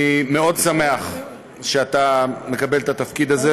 אני שמח מאוד שאתה מקבל את התפקיד הזה.